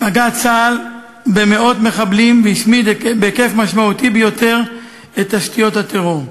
פגע צה"ל במאות מחבלים והשמיד בהיקף משמעותי ביותר את תשתיות הטרור.